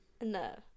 No